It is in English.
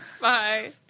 Bye